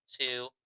two